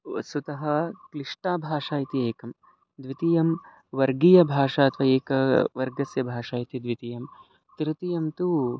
वस्तुतः क्लिष्टा भाषा इति एकं द्वितीयं वर्गीयभाषा अथवा एका वर्गस्य भाषा इति द्वितीयं तृतीयं तु